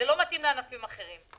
זה לא מתאים לענפים אחרים.